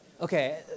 Okay